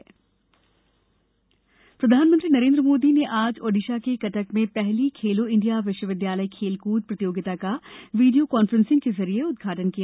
खेलो India प्रधानमंत्री नरेन्द्र मोदी ने आज ओडिशा के कटक में पहली खेलो इण्डिया विश्वविद्यालय खेलकूद प्रतियोगिता का वीडियो कांफ्रेंसिंग के जरिए उद्घाटन किया